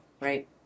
right